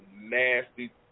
nasty